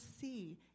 see